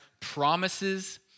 promises